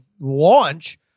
launch